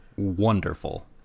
Wonderful